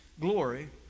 glory